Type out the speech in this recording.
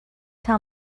tell